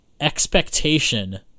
expectation